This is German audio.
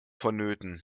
vonnöten